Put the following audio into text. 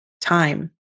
time